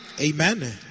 Amen